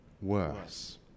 worse